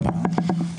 אין שום בעיה,